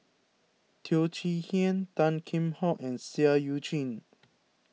Teo Chee Hean Tan Kheam Hock and Seah Eu Chin